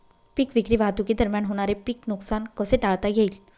पीक विक्री वाहतुकीदरम्यान होणारे पीक नुकसान कसे टाळता येईल?